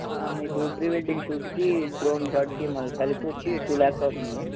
మీకు ప్రీవెడ్డింగ్ షూట్కి డ్రోన్ షాట్కి మల్ కలిపి వచ్చి టూ ల్యాక్స్ అవుతుంది